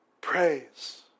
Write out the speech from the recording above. Praise